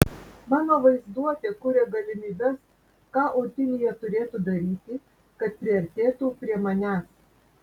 mano vaizduotė kuria galimybes ką otilija turėtų daryti kad priartėtų prie manęs